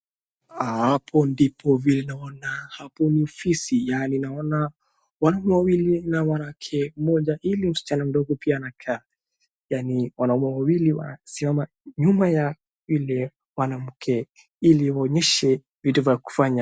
Hapo ndipo vile naona hapo ni ofisi. Yaani naona wanaume wawili na mwanamke mmoja ili msichana mdogo pia anakaa. Yaani wanaume wawili wanasimama nyuma ya yule mwanamke ili waonyeshe vitu vya kufanya.